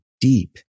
deep